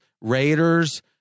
Raiders